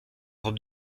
robe